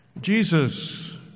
Jesus